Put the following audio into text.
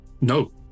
No